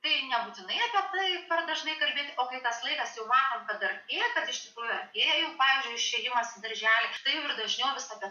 tai nebūtinai apie tai per dažnai kalbėti o kai tas laikas jau matom kad artėja tada iš tikrųjų artėja jau pavyzdžiui išėjimas į darželį tai jau ir dažniau visada